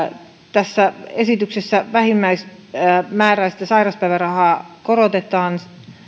tässä esityksessä vähimmäismääräistä sairauspäivärahaa korotetaan